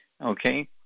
Okay